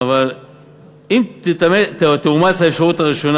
"אם תאומץ האפשרות הראשונה,